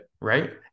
right